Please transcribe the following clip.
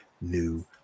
new